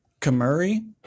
Kamuri